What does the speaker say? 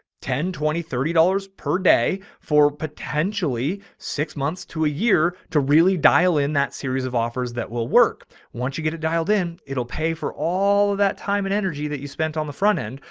ten twenty, thirty dollars per day for potentially six months to a year to really dial in that series of offers that will work once you get it dialed in, it will pay for all of that time and energy that you spent on the front end.